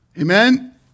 Amen